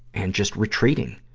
and just retreating.